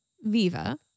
Viva